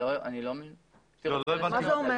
מה זה אומר?